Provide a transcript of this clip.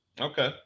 Okay